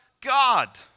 God